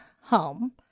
home